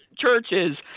churches